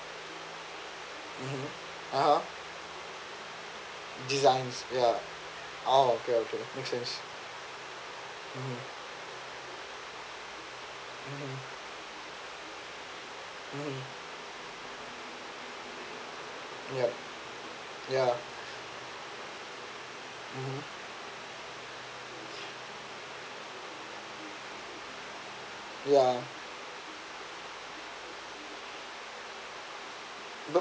(uh huh) designs ya ah okay okay makes sense mmhmm mmhmm mmhmm yup ya mmhmm ya